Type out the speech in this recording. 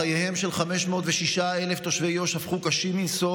חייהם של 506,000 תושבי יו"ש הפכו קשים מנשוא